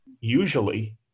usually